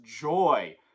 joy